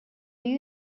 you